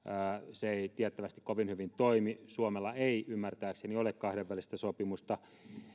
se ei tiettävästi kovin hyvin toimi suomella ei ymmärtääkseni ole kahdenvälistä sopimusta